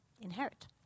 inherit